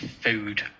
Food